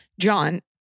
John